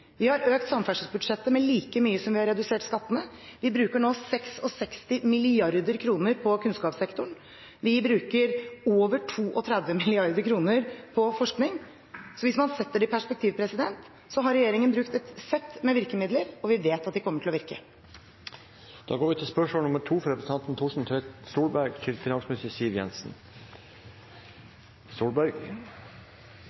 Vi har økt samferdselsbudsjettet med like mye som vi har redusert skattene. Vi bruker nå 66 mrd. kr på kunnskapssektoren. Vi bruker over 32 mrd. kr på forskning. Så hvis man setter det i perspektiv, har regjeringen brukt et sett med virkemidler, og vi vet at de kommer til å virke. «Regjeringen har kuttet skattene med over 21 mrd. kroner, mest for dem som har mest fra